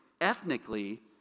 ethnically